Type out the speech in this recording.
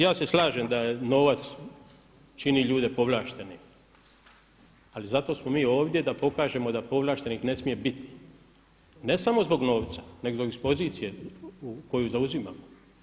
Ima, ima i ja se slažem da novac čini ljude povlaštenim, ali zato smo mi ovdje da pokažemo da povlaštenih ne smije biti, ne samo zbog novca nego zbog pozicije koju zauzimamo.